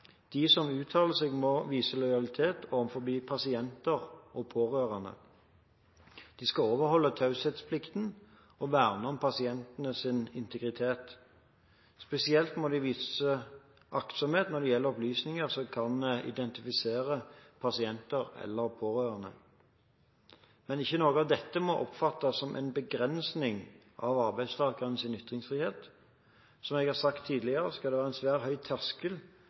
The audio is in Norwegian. De som uttaler seg, må vise lojalitet overfor pasienter og pårørende. De skal overholde taushetsplikten og verne om pasientenes integritet. Spesielt må de vise aktsomhet når det gjelder opplysninger som kan identifisere pasienter eller pårørende. Men ikke noe av dette må oppfattes som en begrensning av arbeidstakernes ytringsfrihet. Som jeg har sagt tidligere, skal det være en svært høy terskel